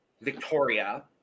Victoria